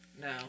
No